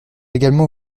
également